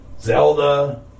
Zelda